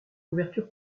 couverture